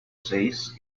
says